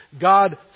God